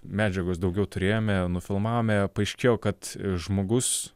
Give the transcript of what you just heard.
medžiagos daugiau turėjome nufilmavome paaiškėjo kad žmogus